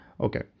Okay